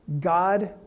god